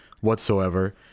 whatsoever